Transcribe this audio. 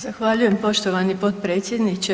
Zahvaljujem poštovani potpredsjedniče.